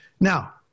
Now